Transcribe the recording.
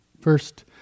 First